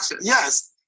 Yes